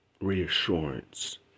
reassurance